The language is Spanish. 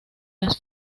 las